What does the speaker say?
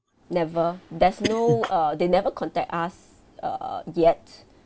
never there's no uh they never contact us err yet